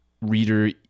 reader